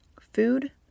Food